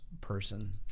person